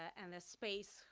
and a space,